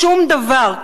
שום דבר.